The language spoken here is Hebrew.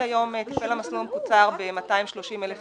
היום טיפל המסלול המקוצר ב-230,000 תיקים.